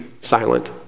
silent